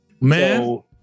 Man